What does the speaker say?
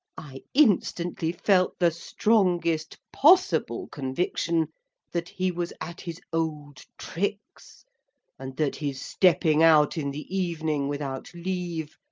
i instantly felt the strongest possible conviction that he was at his old tricks and that his stepping out in the evening, without leave,